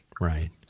Right